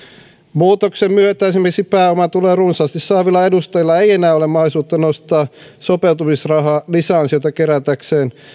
muutoksen myötä esimerkiksi pääomatuloja runsaasti saavilla edustajilla ei enää ole mahdollisuutta nostaa sopeutumisrahaa lisäansioita kerätäkseen